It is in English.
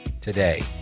today